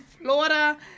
Florida